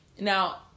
now